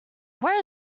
where